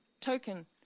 token